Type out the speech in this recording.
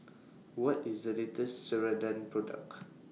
What IS The latest Ceradan Product